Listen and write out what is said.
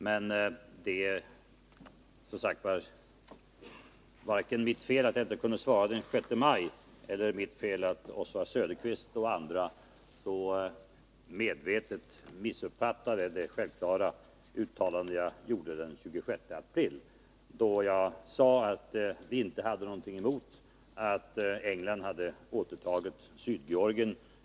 Men det är varken mitt fel att jag inte kunde svara den 6 maj eller mitt fel att Oswald Söderqvist och andra så medvetet missuppfattat det självklara uttalande jag gjorde den 26 april. Jag sade då att vi inte hade någonting emot att England hade återtagit Sydgeorgien.